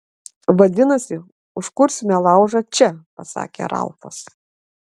vadinasi užkursime laužą čia pasakė ralfas